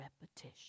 repetition